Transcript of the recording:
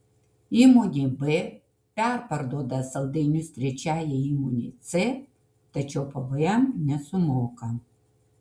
įmonė b perparduoda saldainius trečiajai įmonei c tačiau pvm nesumoka